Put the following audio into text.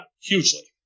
hugely